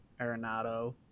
Arenado